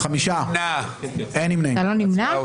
שלושה בעד, חמישה נגד, נמנע אחד.